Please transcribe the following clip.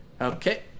Okay